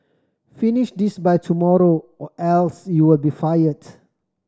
finish this by tomorrow or else you'll be fired